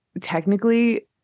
technically